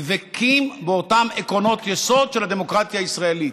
הם דבקים באותם עקרונות יסוד של הדמוקרטיה הישראלית.